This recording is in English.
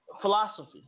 philosophy